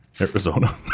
Arizona